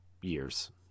years